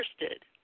interested